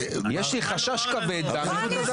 יש לי חשש כבד לאמיתות הדבר.